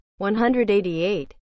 188